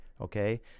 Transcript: okay